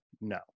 No